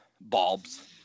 bulbs